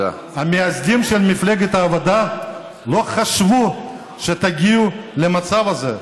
המייסדים של מפלגת העבודה לא חשבו שתגיעו למצב הזה.